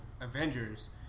Avengers